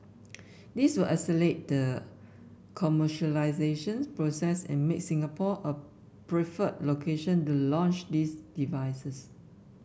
this will accelerate the commercialisation process and make Singapore a preferred location to launch these devices